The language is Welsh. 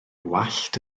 wallt